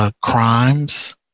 crimes